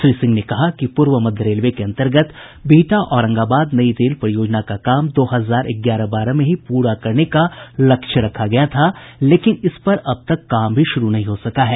श्री सिंह ने कहा कि पूर्व मध्य रेलवे के अन्तर्गत बिहटा औरंगाबाद नई रेल परियोजना का काम दो हजार ग्यारह बारह में ही पूरा करने का लक्ष्य रखा गया था लेकिन इस पर अब तक काम भी शुरू नहीं हो सका है